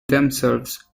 themselves